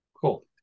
Cool